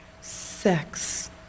sex